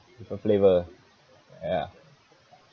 different flavour ya